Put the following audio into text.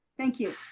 thank you.